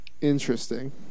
Interesting